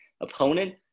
opponent